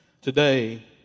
Today